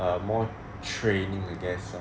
um more training I guess